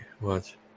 Watch